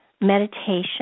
meditation